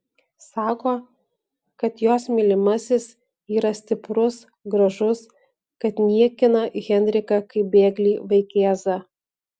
sako kad jos mylimasis yra stiprus gražus kad niekina henriką kaip bėglį vaikėzą